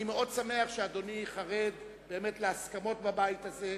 אני מאוד שמח שאדוני חרד להסכמות בבית הזה,